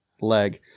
leg